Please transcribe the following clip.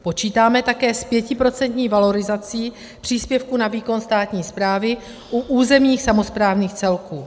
Počítáme také s pětiprocentní valorizací příspěvku na výkon státní správy u územních samosprávných celků.